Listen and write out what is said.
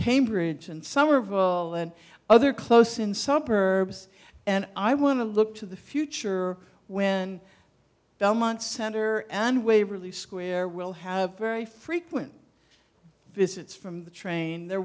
cambridge and somerville and other close in suburbs and i want to look to the future when belmont center and waverly square will have very frequent visits from the train there